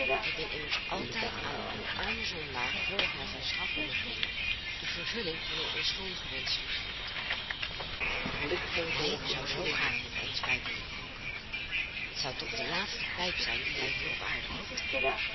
dat men immers altijd aan een armen zondaar voordat hij zijn straf onderging de vervulling van een onschuldigen wensch toestond hij zou zoo graag nog eens een pijp willen rooken het zou toch de laatste pijp zijn die hij hier op aarde rookte